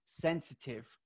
sensitive